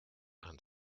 and